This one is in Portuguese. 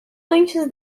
antes